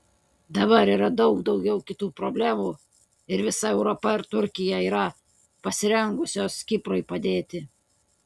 dabar yra daug daugiau kitų problemų ir visa europa ir turkija yra pasirengusios kiprui padėti